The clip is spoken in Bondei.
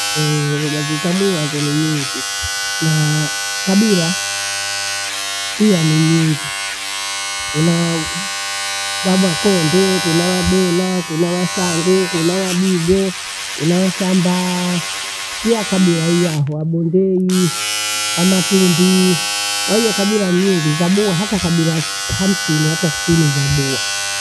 Wejazitamue hazo ni nyingi naa kabila iyaa ni nyingi. Kunaa vavakondee, kuna wabena, kuna wasangu, kuna wadigo, kuna wasambaa. Pia kabila ijaho wabondei wamatumbi, kwahiyo kabila ni nyingi zabuu hata kabila hamsini hata stini zabua.